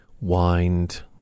Wind